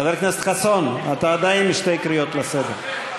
חבר הכנסת חסון, אתה עדיין בשתי קריאות לסדר.